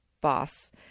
boss